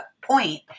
point